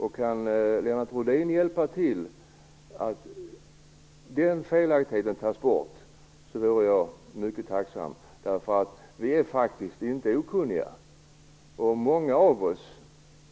Om Lennart Rohdin kan hjälpa till att ta bort den felaktigheten vore jag mycket tacksam. Vi är nämligen inte okunniga. Många av oss